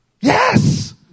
Yes